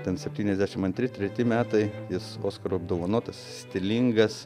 ten septyniasdešimt antri treti metai jis oskaru apdovanotas stilingas